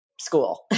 school